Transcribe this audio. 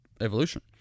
evolution